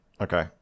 okay